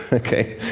ok,